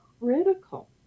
critical